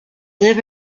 live